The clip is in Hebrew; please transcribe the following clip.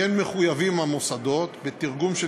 כמו כן מחויבים המוסדות בתרגום של